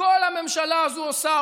הכול הממשלה הזו עושה,